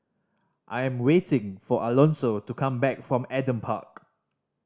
I'm waiting for Alonzo to come back from Adam Park